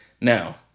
now